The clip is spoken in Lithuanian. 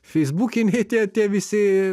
feisbukiniai tie tie visi